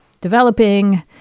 developing